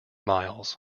miles